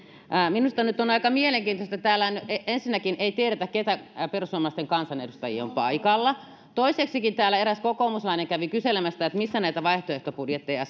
minusta nyt on aika mielenkiintoista täällä ensinnäkin ei tiedetä keitä perussuomalaisten kansanedustajia on paikalla toiseksikin täällä eräs kokoomuslainen kävi kyselemässä että mistä näitä vaihtoehtobudjetteja